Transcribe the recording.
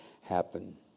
happen